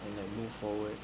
and like move forward